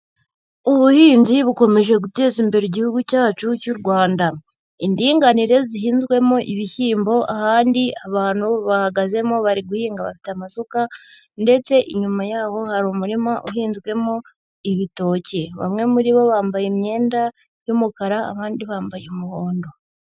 Ubuhinzi bukomeje guteza imbere igihugu cyacu cy'u Rwanda. Indinganire zihinzwemo ibishyimbo, ahandi abantu bahagazemo bari guhinga bafite amasuka ndetse inyuma yabo hari umurima uhinzwemo ibitoki. Bamwe muri bo bambaye imyenda y'umukara abandi bambaye umuhondo.